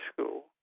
School